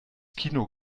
kino